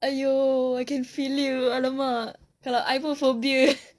!aiyo! I can feel you !alamak! kalau I pun phobia